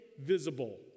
visible